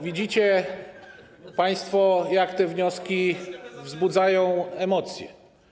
Widzicie państwo, jakie te wnioski wzbudzają emocje.